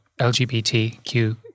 LGBTQ